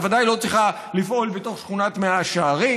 בוודאי לא צריכה לפעול בתוך שכונת מאה שערים,